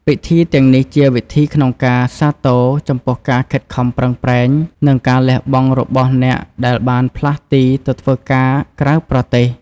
ពិធីទាំងនេះជាវិធីក្នុងការសាទរ ចំពោះការខិតខំប្រែង និងការលះបង់របស់អ្នកដែលបានផ្លាស់ទីទៅធ្វើការក្រៅប្រទេស។